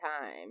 time